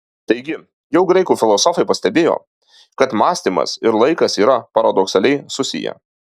taigi jau graikų filosofai pastebėjo kad mąstymas ir laikas yra paradoksaliai susiję